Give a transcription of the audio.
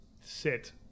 sit